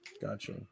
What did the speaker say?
Gotcha